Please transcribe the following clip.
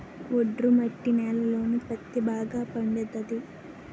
ఒండ్రు మట్టి నేలలలో పత్తే బాగా పండుతది